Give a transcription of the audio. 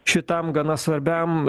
šitam gana svarbiam